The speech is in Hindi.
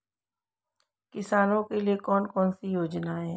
किसानों के लिए कौन कौन सी योजनाएं हैं?